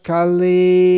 Kali